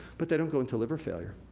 but, they don't go into liver failure.